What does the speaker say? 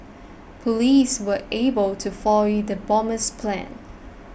police were able to foil the bomber's plans